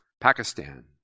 Pakistan